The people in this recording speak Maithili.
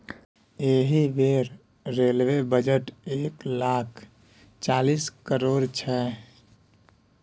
एहि बेर रेलबे बजट एक लाख चालीस करोड़क छै